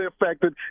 affected